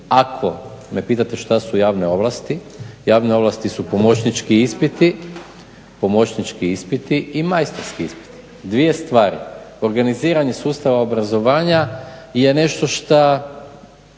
Ako me pitate što su javne ovlasti, javne ovlasti su pomoćnički ispiti i majstorski ispiti, dvije stvari. Organiziranje sustava obrazovanja je nešto što